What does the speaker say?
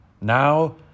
Now